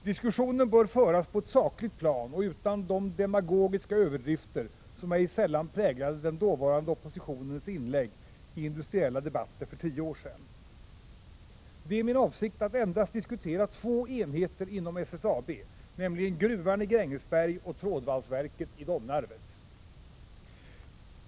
Diskussionen bör föras på ett sakligt plan och utan de demagogiska överdrifter som ej sällan präglade den dåvarande oppositionens inlägg i industriella debatter för tio år sedan. Det är min avsikt att endast ta upp två enheter inom SSAB, nämligen gruvan i Grängesberg och trådvalsverket i Domnarvet.